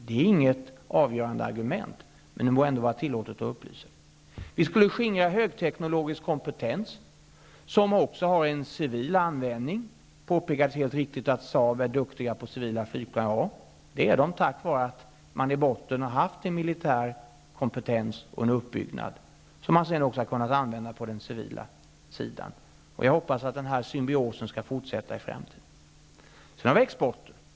Det är inget avgörande argument -- men det må vara tillåtet att upplysa. Högteknologisk kompetens skulle skingras som också har en civil användning. Det har helt riktigt påpekats att vid Saab är man duktig på att producera civila flygplan. Ja, det är så tack vare att företaget i botten har haft en militär kompetens och uppbyggnad som har kunnat användas på den civila sidan. Jag hoppas att den symbiosen skall kunna utnyttjas även i framtiden. Vidare har vi exporten.